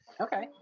Okay